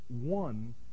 one